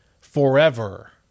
forever